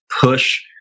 push